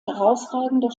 herausragender